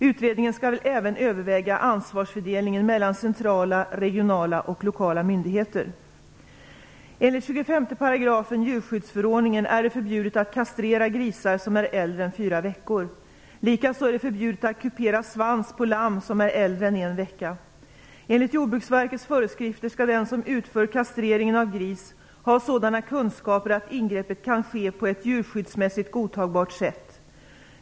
Utredningen skall även överväga ansvarsfördelningen mellan centrala, regionala och lokala myndigheter. Likaså är det förbjudet att kupera svans på lamm som är äldre än en vecka. Enligt Jordbruksverkets föreskrifter skall den som utför kastrering av gris ha sådana kunskaper att ingreppet kan ske på ett djurskyddsmässigt godtagbart sätt.